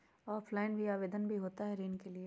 Offline भी आवेदन भी होता है ऋण के लिए?